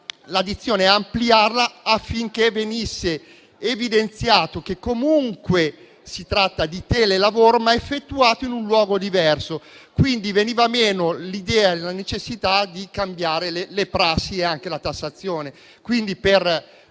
la dizione e ampliarla affinché venisse evidenziato che comunque si tratta di telelavoro, ma effettuato in un luogo diverso. Veniva meno così la necessità di cambiare le prassi e anche la tassazione,